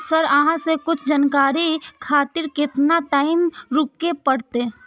Sir अहाँ से कुछ जानकारी खातिर केतना टाईम रुके परतें?